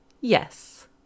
yes